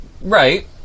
Right